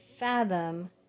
Fathom